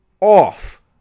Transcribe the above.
off